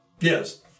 Yes